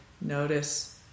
notice